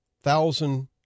thousand